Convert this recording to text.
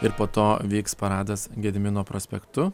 ir po to vyks paradas gedimino prospektu